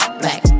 black